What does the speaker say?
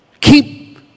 Keep